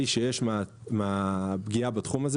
שיש מהפגיעה בתחום הזה